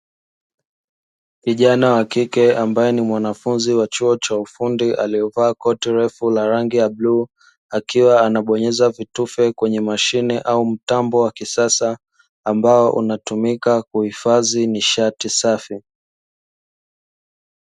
Kijana wa kike ambaye ni mwanafunzi wa chuo cha ufundi, aliyevaa koti refu la rangi ya bluu, akiwa anabonyeza vitufe kwenye mashine au mtambo wa kisasa ambao unatumika kuhifadhi nishati safi.